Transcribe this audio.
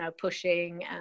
pushing